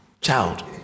child